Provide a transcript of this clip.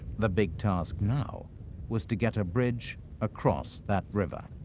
the big task now was to get a bridge across that river.